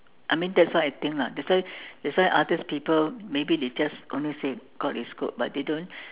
I mean that's what I think lah that's why that's why other people maybe they just only say God is good but they don't